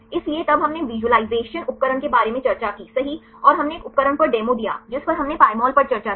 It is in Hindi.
इसलिए तब हमने विसुअलिज़शन उपकरण के बारे में चर्चा की सही और हमने एक उपकरण पर डेमो दिया जिस पर हमने Pymol पर चर्चा की